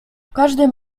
każdym